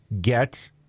get